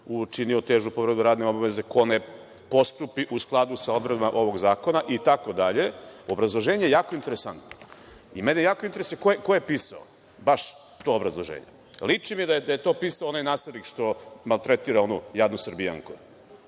učinio težu povredu radne obaveze ko ne postupi u skladu sa odredbama ovog zakona itd. Obrazloženje je jako interesantno i mene jako interesuje ko je pisao, baš to obrazloženje. Liči mi da je to pisao onaj naslednik što maltretira onu jadnu Srbijanku.